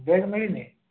bag ମିଳିନି